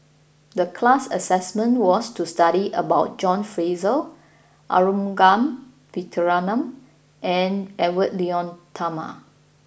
the class assignment was to study about John Fraser Arumugam Vijiaratnam and Edwy Lyonet Talma